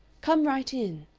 come right in,